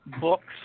books